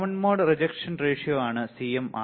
common mode rejection ratio ആണ് CMRR